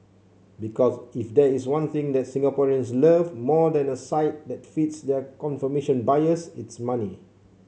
because if there is one thing that Singaporeans love more than a site that feeds their confirmation bias it's money